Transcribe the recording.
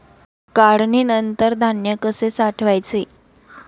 काढणीनंतर धान्य कसे साठवायचे?